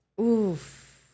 Oof